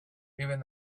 even